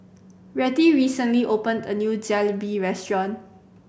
Rettie recently opened a new Jalebi Restaurant